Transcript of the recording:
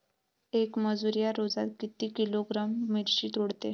येक मजूर या रोजात किती किलोग्रॅम मिरची तोडते?